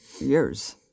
years